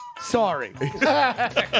Sorry